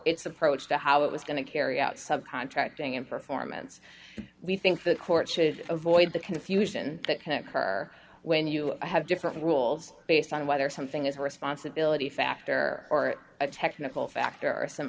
its approach to how it was going to carry out sub contracting and performance we think the court should avoid the confusion that can occur when you have different rules based on whether something is a responsibility busy factor or a technical factor or some